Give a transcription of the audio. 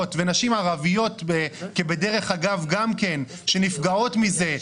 ונשים ערביות כבדרך אגב גם כן שנפגעות מזה,